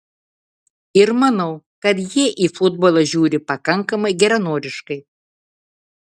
ir manau kad jie į futbolą žiūri pakankamai geranoriškai